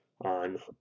on